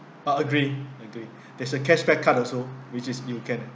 ah agree agree there's a cashback card also which is you can